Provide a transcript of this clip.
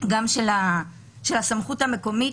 גם של הסמכות המקומית,